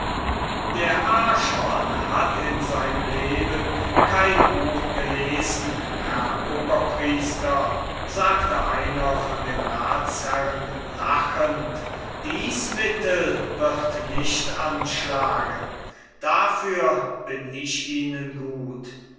der archon hat in seinem leben kein buch gelesen herr oberpriester sagte einer von den ratsherren lachend als das abderitische intelligenzblatt dies mittel wird nicht anschlagen dafür bin ich ihnen gut